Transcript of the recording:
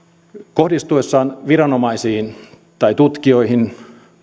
kohdistuessaan viranomaisiin tai tutkijoihin